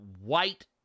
white